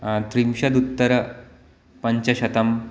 त्रिंशत्यत्तर पञ्चशतम्